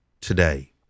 today